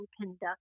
conduct